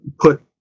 put